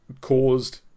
caused